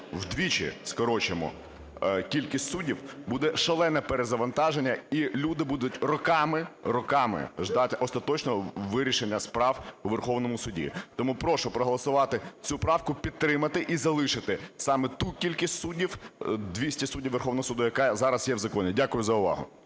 вдвічі скорочуємо кількість суддів, буде шалене перезавантаження, і люди будуть роками, роками ждати остаточного вирішення справ у Верховному Суді. Тому прошу проголосувати цю правку, підтримати і залишити саме ту кількість суддів, 200 суддів Верховного Суду, яка зараз є в законі. Дякую за увагу.